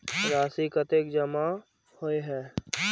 राशि कतेक जमा होय है?